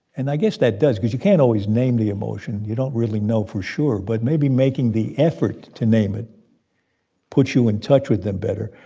and i guess that does because you can't always name the emotion. you don't really know for sure, but maybe making the effort to name it puts you in touch with them better.